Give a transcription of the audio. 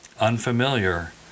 unfamiliar